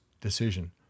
decision